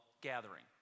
gathering